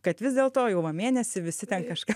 kad vis dėlto jau va mėnesį visi ten kažką